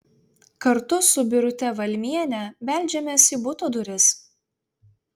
kartu su birute valmiene beldžiamės į buto duris